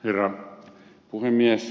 herra puhemies